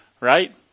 right